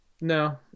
No